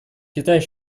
китай